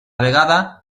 vegada